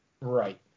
right